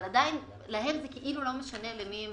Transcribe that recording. אבל להם זה לא משנה עם מי הם